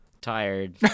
tired